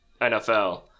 NFL